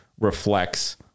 reflects